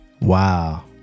Wow